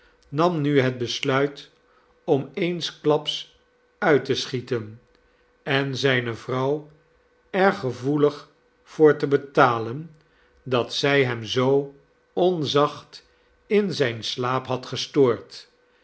nam nu het besluit om eensklaps uit te schieten en zijne vrouw er gevoelig voor te betalen dat zij hem zoo onzacht in zijn slaap had gestoord